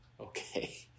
Okay